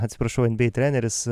atsiprašau nba treneris